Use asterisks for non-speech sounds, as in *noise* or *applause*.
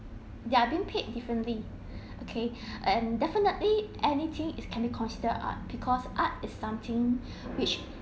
they're being paid differently *breath* okay *breath* and definitely anything is can be considered art because art is something *breath* which